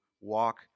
walk